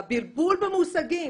הבלבול במושגים,